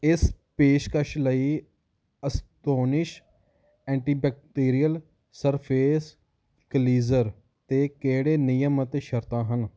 ਇਸ ਪੇਸ਼ਕਸ਼ ਲਈ Astonish anti bacterial surface cleanser 'ਤੇ ਕਿਹੜੇ ਨਿਯਮ ਅਤੇ ਸ਼ਰਤਾਂ ਹਨ